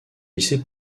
lycée